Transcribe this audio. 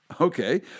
Okay